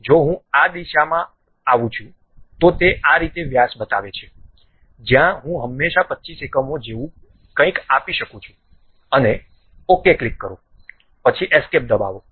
જો હું આ દિશામાં આવું છું તો તે આ રીતે વ્યાસ બતાવે છે જ્યાં હું હંમેશાં 25 એકમો જેવું કંઈક આપી શકું છું અને OK ક્લિક કરો પછી એસ્કેપ દબાવો